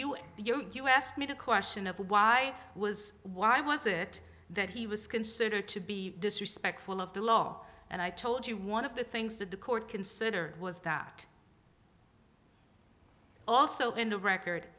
don't you ask me the question of why was why was it that he was considered to be disrespectful of the law and i told you one of the things that the court considered was that also in the record